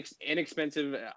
inexpensive